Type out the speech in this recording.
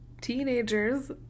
teenagers